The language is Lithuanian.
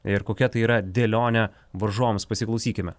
ir kokia tai yra dėlionė varžoms pasiklausykime